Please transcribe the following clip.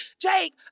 Jake